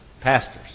pastors